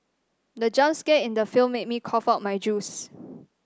the jump scare in the film made me cough out my juice